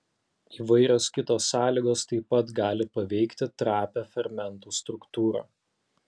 įvairios kitos sąlygos taip pat gali paveikti trapią fermentų struktūrą